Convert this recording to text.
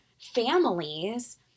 families